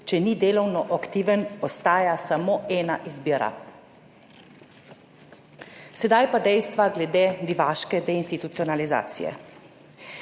če ni delovno aktiven, ostaja samo ena izbira. Sedaj pa dejstva glede divaške deinstitucionalizacije.